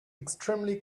extremely